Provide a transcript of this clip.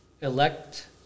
elect